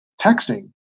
texting